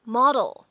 model